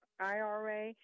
IRA